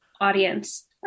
audience